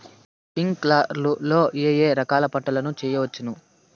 స్ప్రింక్లర్లు లో ఏ ఏ రకాల పంటల ను చేయవచ్చును?